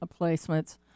placements